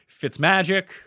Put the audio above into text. Fitzmagic